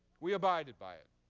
we abided by it.